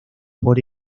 por